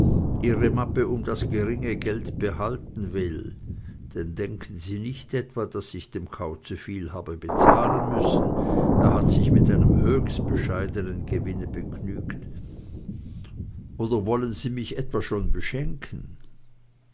ihre mappe um das geringe geld behalten will denn denken sie nicht etwa daß ich dem kauze viel habe bezahlen müssen er hat sich mit einem höchst bescheidenen gewinne begnügt oder wollen sie mich etwa schon beschenken